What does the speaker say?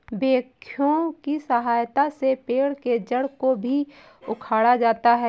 backhoe की सहायता से पेड़ के जड़ को भी उखाड़ा जाता है